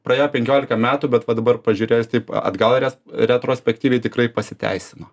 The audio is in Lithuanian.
praėjo penkiolika metų bet va dabar pažiūrėsjus taip atgal res retrospektyviai tikrai pasiteisino